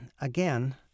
again